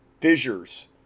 fissures